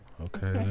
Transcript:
Okay